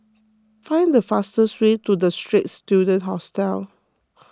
find the fastest way to the Straits Students Hostel